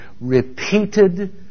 repeated